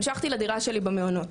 המשכתי לדירה שלי במעונות.